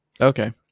Okay